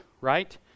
right